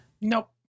Nope